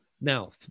now